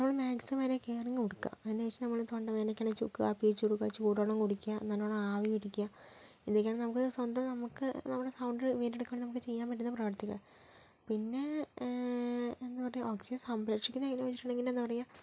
നമ്മൾ മാക്സിമം അതിന് കെയറിങ് കൊടുക്കുക അതിനുശേഷം നമ്മൾ തൊണ്ടവേദനയ്ക്കാണെങ്കിൽ ചുക്ക് കാപ്പി ചുടുക ചൂട് വെള്ളം കുടിയ്ക്കുക നല്ലവണ്ണം ആവി പിടിക്കുക ഇതൊക്കെയാണ് നമുക്ക് സ്വന്തം നമുക്ക് നമ്മുടെ സൗണ്ട് വീണ്ടെടുക്കാൻ നമുക്ക് ചെയ്യാൻ പറ്റുന്ന പ്രവർത്തികൾ പിന്നെ എന്നിട്ടേ മാക്സിമം സംരക്ഷിക്കുന്ന എങ്ങനെയെന്ന് ചോദിച്ചിട്ടുണ്ടെങ്കിൽ എന്താ പറയുക